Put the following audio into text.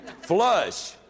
flush